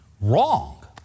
wrong